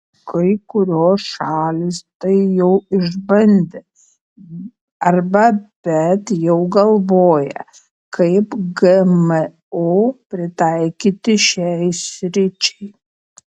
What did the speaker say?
kai kurios šalys tai jau išbandė arba bet jau galvoja kaip gmo pritaikyti šiai sričiai